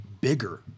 bigger